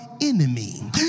enemy